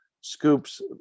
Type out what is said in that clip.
scoops